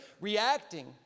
reacting